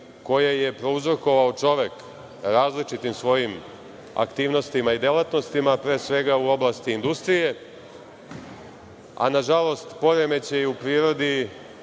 koje je prouzrokovao čovek različitim svojim aktivnostima i delatnostima, a pre svega u oblasti industrije, a nažalost poremećaji u prirodi